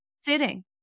sitting